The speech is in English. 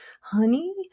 honey